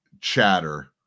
chatter